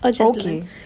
Okay